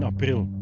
ah pill